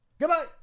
Goodbye